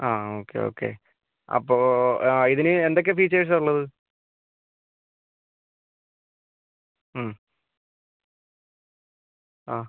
ആ okay okay അപ്പോൾ ആ ഇതിന് എന്തൊക്കെ ഫീച്ചേഴ്സ് ആണ് ഉള്ളത് മ് ആ